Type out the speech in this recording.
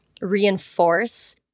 reinforce